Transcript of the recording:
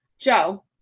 Joe